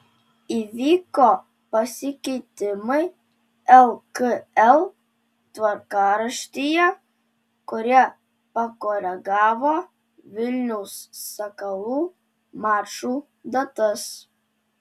įvyko pasikeitimai lkl tvarkaraštyje kurie pakoregavo vilniaus sakalų mačų datas